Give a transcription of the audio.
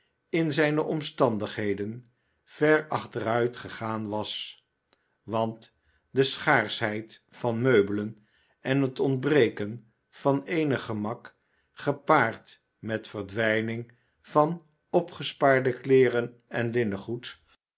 in zijne omstandigheden ver achteruitgegaan was want de schaarschheid van meubelen en het ontbreken van eenig gemak gepaard met verdwijning van opgespaarde kleeren en